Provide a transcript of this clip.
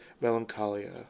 melancholia